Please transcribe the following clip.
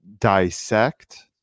Dissect